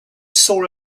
saw